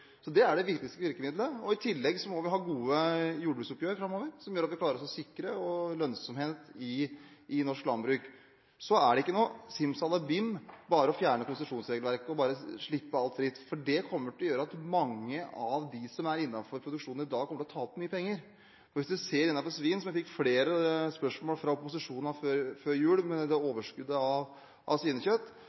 er det viktigste virkemidlet. I tillegg må vi ha gode jordbruksoppgjør framover, sånn at vi klarer å sikre lønnsomhet i norsk landbruk. Så er det ikke noe simsalabim å bare fjerne konsesjonsregelverket og slippe alt fritt. Det kommer til å føre til at mange av dem som er innenfor denne produksjonen i dag, vil tape mye penger. Hvis en ser på svin og overskuddet av svinekjøtt – som jeg fikk flere spørsmål om fra opposisjonen før jul – blir lønnsomheten veldig dårlig hvis en slipper det